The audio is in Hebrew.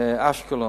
לאשקלון,